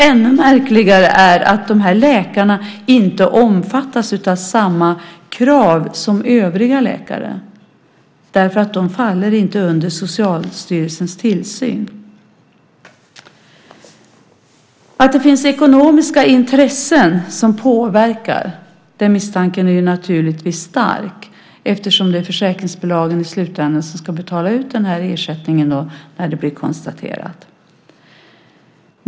Ännu märkligare är att dessa läkare inte omfattas av samma krav som övriga läkare, därför att de faller inte under Socialstyrelsens tillsyn. Misstanken att det finns ekonomiska intressen som påverkar är naturligtvis stark, eftersom det är försäkringsbolagen som i slutändan ska betala ut ersättningen när det blir konstaterat.